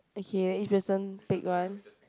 okay then each person pick one